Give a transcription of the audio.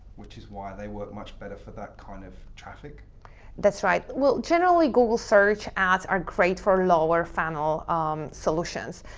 which is why they work much better for that kind of traffic. alex that's right. well, generally google search ads are great for lower funnel um solutions,